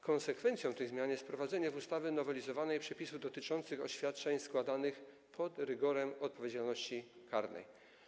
Konsekwencją tej zmiany jest wprowadzenie w nowelizowanej ustawie przepisów dotyczących oświadczeń składanych pod rygorem odpowiedzialności karnej.